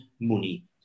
money